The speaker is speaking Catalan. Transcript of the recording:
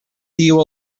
diu